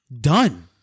done